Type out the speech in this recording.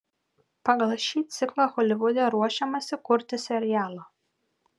pagal šį ciklą holivude ruošiamasi kurti serialą